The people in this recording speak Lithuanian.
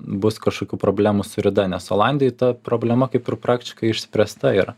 bus kažkokių problemų su rida nes olandijoj ta problema kaip ir praktiškai išspręsta yra